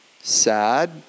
sad